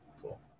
cool